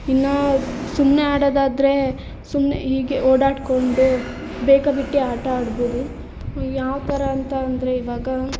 ಇನ್ನು ಸುಮ್ಮನೆ ಅಡೋದಾದ್ರೆ ಸುಮ್ಮನೆ ಹೀಗೆ ಓಡಾಡಿಕೊಂಡು ಬೇಕಾಬಿಟ್ಟಿ ಆಟ ಆಡ್ಬೋದು ಯಾವ ಥರ ಅಂತ ಅಂದರೆ ಇವಾಗ